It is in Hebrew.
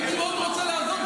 הייתי רוצה מאוד לעזור,